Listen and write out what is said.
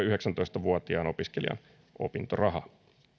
yhdeksäntoista vuotiaan toisen asteen opiskelijan opintorahaa